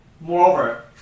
Moreover